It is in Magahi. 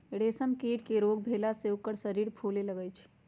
रेशम कीट के रोग भेला से ओकर शरीर फुले लगैए छइ